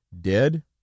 Dead